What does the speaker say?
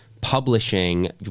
publishing